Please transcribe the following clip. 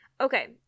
Okay